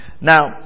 Now